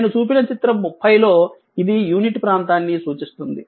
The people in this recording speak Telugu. నేను చూపిన చిత్రం 30 లో ఇది యూనిట్ ప్రాంతాన్ని సూచిస్తుంది